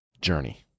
journey